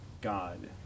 God